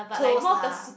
close lah